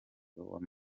w’amavubi